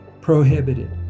prohibited